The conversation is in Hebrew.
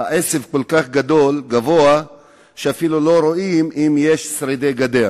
העשב כל כך גבוה שאפילו לא רואים אם יש שרידי גדר.